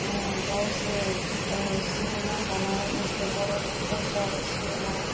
गावसोरनि सिनिमा गानाय माेनसे बर'नि कालसार सिनिमा